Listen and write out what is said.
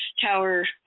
tower